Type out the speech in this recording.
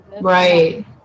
right